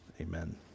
Amen